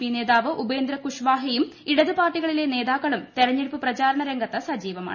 P നേതാവ് ഉപേന്ദ്ര കുഷ്വാഹയും ഇടതു പാർട്ടികളിലെ നേതാക്കളും തെരഞ്ഞെടുപ്പ് പ്രചാരണ രംഗത്ത് സജീവമാണ്